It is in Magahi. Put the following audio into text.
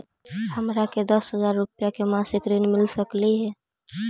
हमरा के दस हजार रुपया के मासिक ऋण मिल सकली हे?